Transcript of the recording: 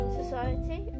society